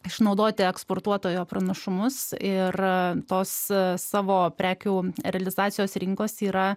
išnaudoti eksportuotojo pranašumus ir tos savo prekių realizacijos rinkos yra